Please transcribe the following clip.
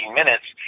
minutes